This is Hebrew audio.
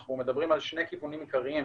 כשאנחנו מדברים על שני כיוונים עיקריים.